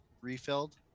refilled